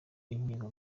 inkiko